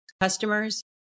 customers